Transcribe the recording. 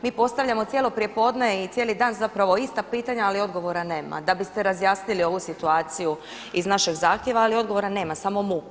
Mi postavljamo cijelo prijepodne i cijeli dan ista pitanja, ali odgovora nema, da biste razjasnili ovu situaciju iz našeg zahtijeva, ali odgovora ne, samo muk.